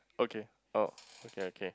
okay oh okay okay